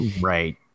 right